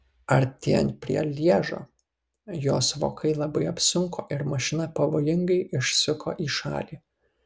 artėjant prie lježo jos vokai labai apsunko ir mašina pavojingai išsuko į šalį